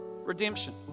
Redemption